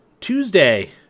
Tuesday